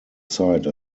site